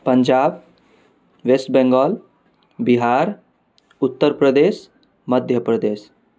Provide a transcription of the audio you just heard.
Punjab west Bengal Bihar Uttar Pradesh Madhya Pradesh